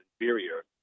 inferior